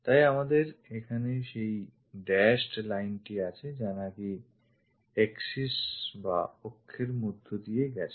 তাই আমাদের এখানে সেই dashed lineটি আছে যা নাকি axis বা অক্ষের মধ্য দিয়ে গেছে